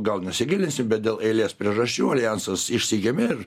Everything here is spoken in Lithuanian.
gal nesigilinsim bet dėl eilės priežasčių aljansas išsigimė ir